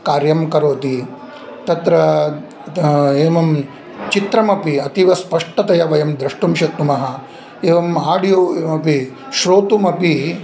कार्यं करोति तत्र एवं चित्रमपि अतीवस्पष्टतया वयं द्रष्टुं शक्नुमः एवम् आडियो किमपि श्रोतुमपि